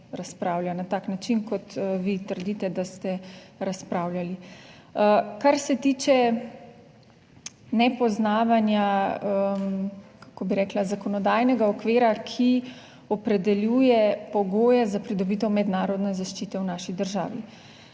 razpravlja na tak način kot vi trdite, da ste razpravljali. Kar se tiče nepoznavanja, kako bi rekla, zakonodajnega okvira, ki opredeljuje pogoje za pridobitev mednarodne zaščite v naši državi.